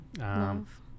Love